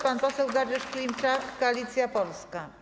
Pan poseł Dariusz Klimczak, Koalicja Polska.